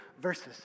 verses